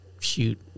shoot